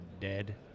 dead